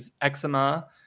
eczema